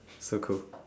so cold